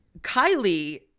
Kylie